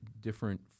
different